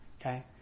Okay